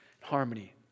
harmony